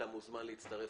אתה מוזמן להצטרף.